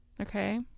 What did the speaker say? Okay